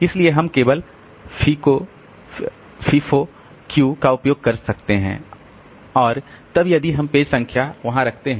इसलिए हम केवल फीफो क्यू का उपयोग कर सकते हैं और तब यदि हम पेज संख्याएँ वहाँ रखते हैं